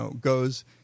goes –